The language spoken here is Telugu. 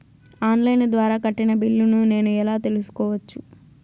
ఆన్ లైను ద్వారా కట్టిన బిల్లును నేను ఎలా తెలుసుకోవచ్చు?